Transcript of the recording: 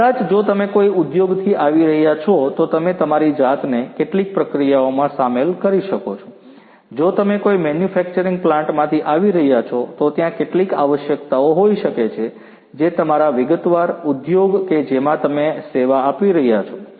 કદાચ જો તમે કોઈ ઉદ્યોગથી આવી રહ્યા છો તો તમે તમારી જાતને કેટલીક પ્રક્રિયાઓમાં સામેલ કરી શકો છો જો તમે કોઈ મેન્યુફેક્ચરિંગ પ્લાન્ટમાંથી આવી રહ્યા છો તો ત્યાં કેટલીક આવશ્યકતાઓ હોઇ શકે છે જે તમારા વિગતવાર ઉદ્યોગ કે જેમાં તમે સેવા આપી રહ્યા છો